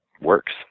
works